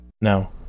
No